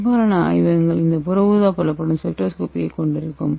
பெரும்பாலான ஆய்வகங்கள் இந்த UV புலப்படும் ஸ்பெக்ட்ரோஸ்கோபியைக் கொண்டிருக்கும்